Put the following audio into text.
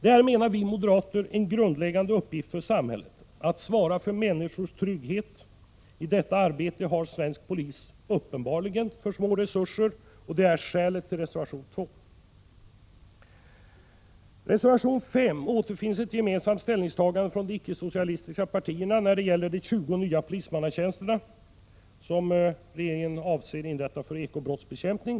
Det är enligt vår uppfattning en grundläggande uppgift för samhället att svara för människors trygghet. I detta arbete har svensk polis uppenbarligen för små resurser. Det är skälet till reservation 2. I reservation 5 återfinns ett gemensamt ställningstagande från de ickesocialistiska partierna när det gäller de 20 nya polismanstjänster som regeringen avser att inrätta för ekobrottsbekämpning.